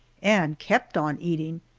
and kept on eating,